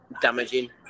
damaging